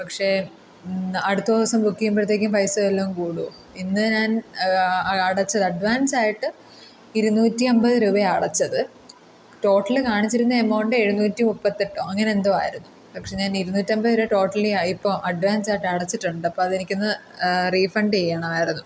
പക്ഷെ അടുത്ത ദിവസം ബുക്ക് ചെയ്യുമ്പഴ്ത്തേക്കും പൈസ വല്ലതും കൂടുമോ ഇന്ന് ഞാൻ അടച്ച് അഡ്വാൻസ് ആയിട്ട് ഇരുന്നൂറ്റി അമ്പത് രൂപയാ അടച്ചത് ടോട്ടല് കാണിച്ചിരുന്ന എമൗണ്ട് എഴുന്നൂറ്റി മുപ്പത്തെട്ടോ അങ്ങനെ എന്തോ ആയിരുന്നു പക്ഷേ ഞാൻ ഇരുനൂറ്റമ്പത് രൂപ ടോട്ടലി ആയി ഇപ്പോൾ അഡ്വാൻസ് ആയിട്ട് അടച്ചിട്ടുണ്ട് അപ്പം അത് എനിക്ക് ഒന്ന് റീഫണ്ട് ചെയ്യണമായിരുന്നു